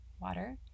water